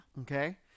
Okay